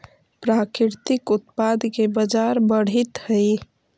प्राकृतिक उत्पाद के बाजार बढ़ित हइ